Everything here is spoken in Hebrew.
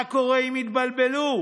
מה קורה אם התבלבלו?